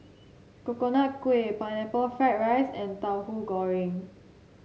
Coconut Kuih Pineapple Fried Rice and Tauhu Goreng